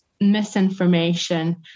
misinformation